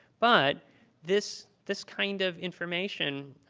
but this this kind of information,